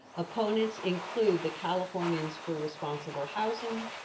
opponents include the californians for responsible housing,